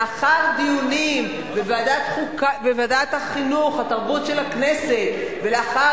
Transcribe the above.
לאחר דיונים בוועדת החינוך והתרבות של הכנסת ולאחר